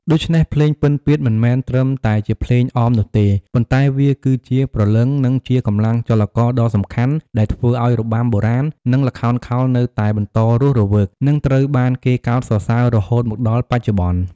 ដូច្នេះ ភ្លេងពិណពាទ្យមិនមែនត្រឹមតែជាភ្លេងអមនោះទេ ប៉ុន្តែវាគឺជាព្រលឹង និងជាកម្លាំងចលករដ៏សំខាន់ដែលធ្វើឱ្យរបាំបុរាណ និងល្ខោនខោលនៅតែបន្តរស់រវើក និងត្រូវបានគេកោតសរសើររហូតមកដល់បច្ចុប្បន្ន។